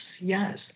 yes